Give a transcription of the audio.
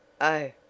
Oh